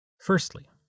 Firstly